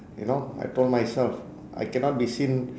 you know I told myself I cannot be seen